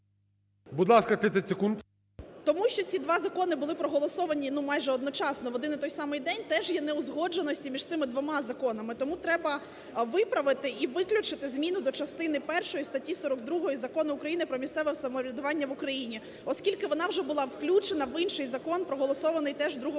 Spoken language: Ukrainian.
Тому що ці два закони були проголосовані, ну, майже одночасно в один і той самий день теж є неузгодженості між цими двома законами. Тому треба виправити і виключити зміну до частини першої статті 42 Закону України "Про місцеве самоврядування в Україні", оскільки вона вже була включена в інший закон проголосований теж в другому